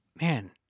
man